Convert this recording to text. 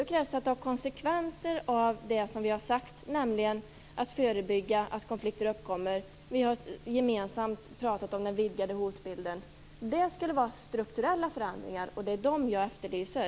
Då krävs det att man drar konsekvenser av det som vi har sagt om att förebygga konflikter och den vidgade hotbild vi gemensamt har pratat om. Det skulle vara strukturella förändringar, och det är dem jag efterlyser.